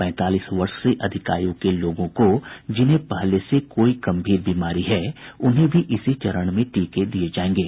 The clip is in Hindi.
पैंतालीस वर्ष से अधिक आयु के लोगों को जिन्हें पहले से कोई गंभीर बीमारी है उन्हें भी इसी चरण में टीके दिये जायेंगे